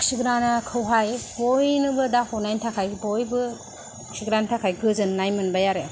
खिग्रा खौहाय बयनोबो दा हरनायनि थाखाय बयबो खिग्रानि थाखाय गोजोननाय मोनबाय आरो